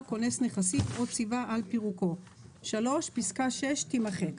כונס נכסים או ציווה על פירוקו"; פסקה (6) תימחק."